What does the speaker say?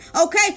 Okay